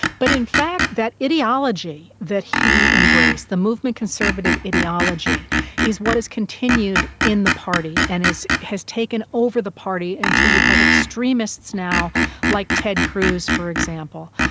but in fact that ideology that he embraced, the movement conservative ideology is what has continued in the party and has taken over the party until you have extremists now like ted cruz, for example,